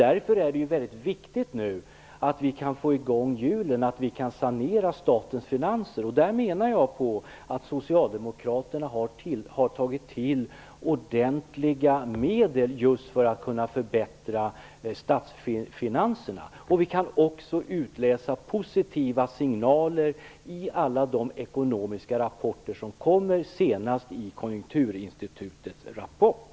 Därför är det nu väldigt viktigt att vi kan få i gång hjulen, att vi kan sanera statens finanser. Socialdemokraterna har också tagit till ordentliga medel just för att kunna förbättra statsfinanserna. Vi kan också utläsa positiva signaler i alla de ekonomiska rapporter som kommer, senast i Konjunkturinstitutets rapport.